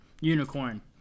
unicorn